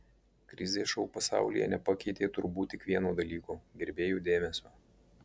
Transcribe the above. krizė šou pasaulyje nepakeitė turbūt tik vieno dalyko gerbėjų dėmesio